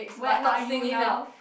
where are you now